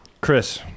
Chris